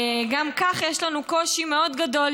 גם כך יש לנו קושי מאוד גדול,